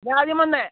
ഞാൻ ആദ്യം വന്നത്